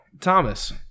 Thomas